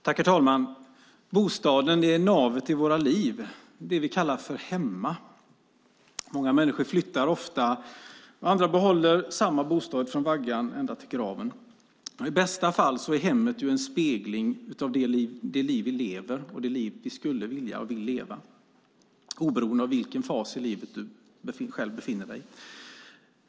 Herr talman! Bostaden är navet i våra liv - det vi kallar hemma! Många människor flyttar ofta, andra behåller samma bostad från vaggan ända till graven. I bästa fall är hemmet en spegling av det liv vi lever och det liv vi skulle vilja leva, oberoende av vilken fas av livet man befinner sig i.